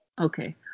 Okay